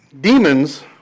demons